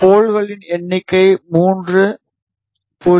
போல்ஸ்களின் எண்ணிக்கை 3 0